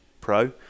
Pro